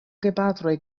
gepatroj